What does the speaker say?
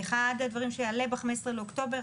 אחד הדברים שיעלה ב-15 באוקטובר,